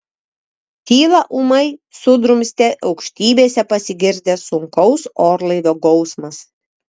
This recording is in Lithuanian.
tylą ūmai sudrumstė aukštybėse pasigirdęs sunkaus orlaivio gausmas